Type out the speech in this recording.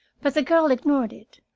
but the girl ignored it.